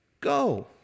Go